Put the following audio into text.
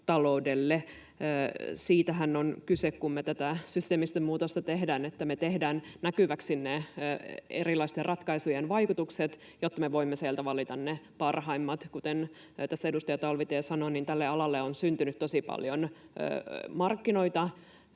Siitähän on kyse, kun me tätä systeemistä muutosta tehdään, että me tehdään näkyväksi erilaisten ratkaisujen vaikutukset, jotta me voimme sieltä valita ne parhaimmat. Kuten tässä edustaja Talvitie sanoi, tälle alalle on syntynyt tosi paljon markkinoita